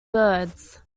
birds